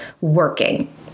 working